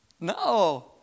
No